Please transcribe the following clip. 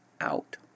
out